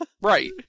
right